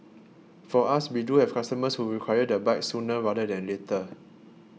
for us we do have customers who require the bike sooner rather than later